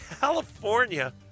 California